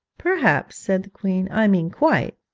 perhaps, said the queen i mean quite.